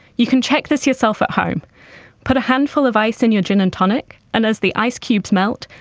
you can check this yourself at home put a handful of ice in your gin and tonic, and as the ice cubes melt,